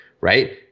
right